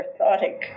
orthotic